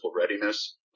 readiness